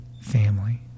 family